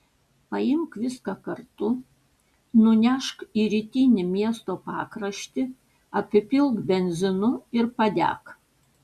paimk viską kartu nunešk į rytinį miesto pakraštį apipilk benzinu ir padek